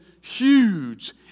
huge